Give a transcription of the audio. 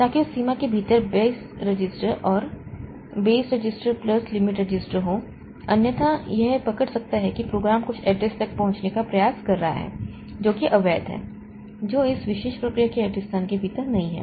ताकि उस सीमा के भीतर बेस रजिस्टर और base register plus limit register हो अन्यथा यह पकड़ सकता है कि प्रोग्राम कुछ एड्रेस तक पहुंचने का प्रयास कर रहा है जो कि अवैध है जो इस विशेष प्रक्रिया के एड्रेस स्थान के भीतर नहीं है